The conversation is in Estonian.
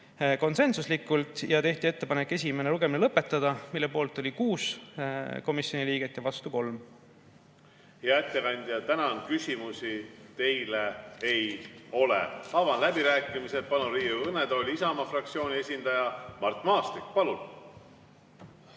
konsensuslikult; tehti ettepanek esimene lugemine lõpetada, selle poolt oli 6 komisjoni liiget ja vastu 3. Hea ettekandja, tänan! Küsimusi teile ei ole. Avan läbirääkimised ja palun Riigikogu kõnetooli Isamaa fraktsiooni esindaja Mart Maastiku. Palun!